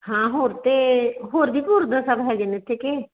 ਹਾਂ ਹੋਰ ਤਾਂ ਹੋਰ ਵੀ ਗੁਰਦੁਆਰਾ ਸਾਹਿਬ ਹੈਗੇ ਨੇ ਇੱਥੇ ਕਿ